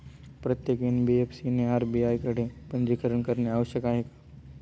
प्रत्येक एन.बी.एफ.सी ने आर.बी.आय कडे पंजीकरण करणे आवश्यक आहे का?